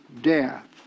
death